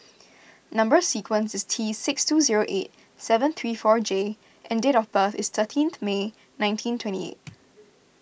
Number Sequence is T six two zero eight seven three four J and date of birth is thirteenth May nineteen twenty eight